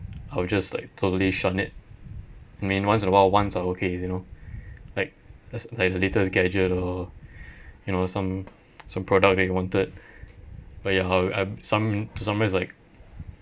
I will just like totally shun it I mean once awhile wants are okay you know like as like the latest gadget or you know some some product that you wanted but ya how a~ some sometimes like